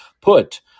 put